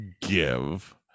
give